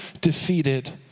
defeated